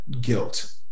guilt